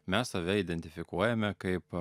mes save identifikuojame kaip